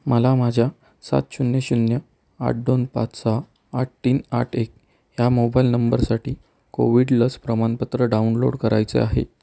मला माझ्या सात शून्य शून्य आठ दोन पाच सहा आठ तीन आठ एक ह्या मोबाईल नंबरसाठी कोविड लस प्रमाणपत्र डाउनलोड करायचे आहे